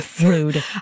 Rude